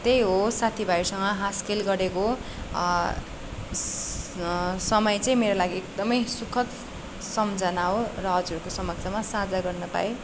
त्यही हो साथी भाइहरूसँग हाँस खेल गरेको समय चाहिँ मेरो लागि एकदमै सुखद सम्झना हो र हजुरहरूको समक्षमा साझा गर्न पाएँ